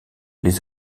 les